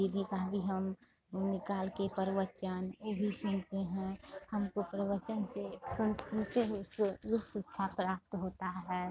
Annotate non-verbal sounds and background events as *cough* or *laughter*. दीदी का भी हम ऊ निकाल के परिवचन ऊ भी सुनते हैं हमको परिवचन से सुनते हुए *unintelligible* ऊ शिक्षा प्राप्त होता है